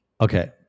Okay